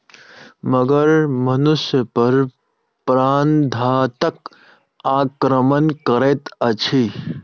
मगर मनुष पर प्राणघातक आक्रमण करैत अछि